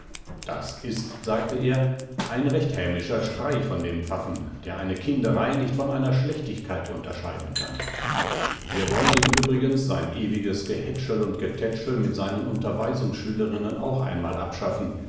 das ist sagte er ein recht hämischer streich von dem pfaffen der eine kinderei nicht von einer schlechtigkeit unterscheiden kann wir wollen ihm übrigens sein ewiges gehätschel und getätschel mit seinen unterweisungsschülerinnen auch einmal abschaffen